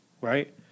right